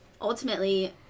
ultimately